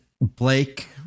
blake